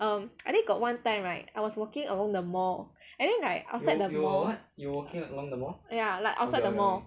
um I think got one time right I was walking along the mall and then right outside the mall ya like outside the mall